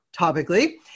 topically